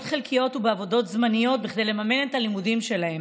חלקיות ובעבודות זמניות כדי לממן את הלימודים שלהם,